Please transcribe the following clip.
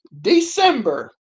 December